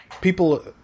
people